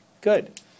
good